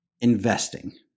investing